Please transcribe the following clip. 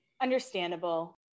Understandable